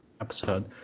episode